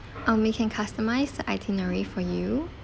oh we can customise the itinerary for you